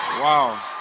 Wow